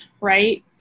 right